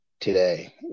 today